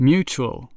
Mutual